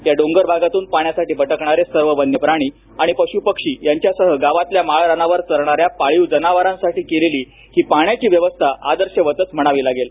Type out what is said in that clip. या डोंगर भागातून पाण्यासाठी भटकणारे सर्व वन्यप्राणी आणि पशुपक्षी यांच्यासह गावातल्या माळरानावर चरणाऱ्या पाळीव जनावरांसाठी केलेली ही पाण्याची व्यवस्था आदर्शवतच म्हणावी लागेल